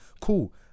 cool